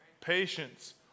patience